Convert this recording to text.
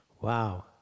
Wow